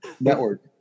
network